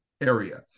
area